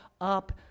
up